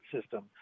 system